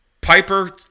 Piper